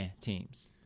teams